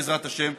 בעזרת השם,